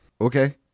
Okay